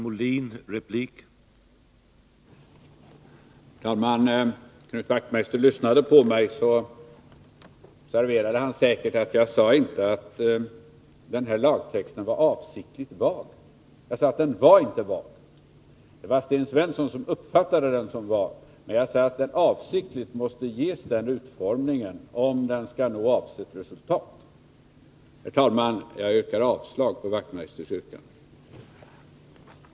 Onsdagen den Herr talman! Om Knut Wachtmeister lyssnade på mig, observerade han 1 december 1982 Säkert att jag inte sade att den här lagtexten avsiktligt var vag. Jag sade att den inte var vag. Det var Sten Svensson som uppfattade den som vag. Jag sade att den avsiktligt måste ges den utformningen, om den skall nå avsett länningslagen m.m. Herr talman! Jag yrkar avslag på Knut Wachtmeisters yrkande. Överläggningen var härmed avslutad. Näringsutskottets betänkande 7 Mom. 2